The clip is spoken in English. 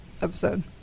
episode